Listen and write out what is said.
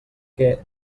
què